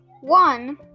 one